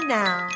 now